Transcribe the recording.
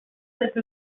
cette